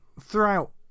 throughout